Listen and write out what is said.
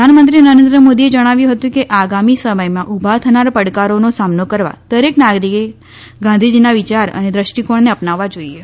પ્રધાનમંત્રી નરેન્દ્ર મોદીએ જણાવ્યું હતું કે આગામી સમયમાં ઉભા થનાર પડકારોનો સામનો કરવા દરેક નાગરિકે ગાંધીજીના વિચાર અને દૃષ્ટિકોણને અપનાવવા જોઈએ